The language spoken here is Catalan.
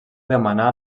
demanà